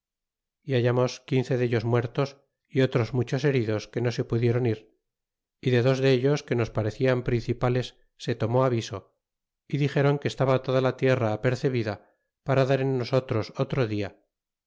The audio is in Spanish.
y hallamos quince dellos muertos y otros muchos heridos que no se pudiéron ir y de dos dellos que nos parecian principales se tomó aviso y dixéron que estaba toda la tierra apercebida para dar en nosotros otro dia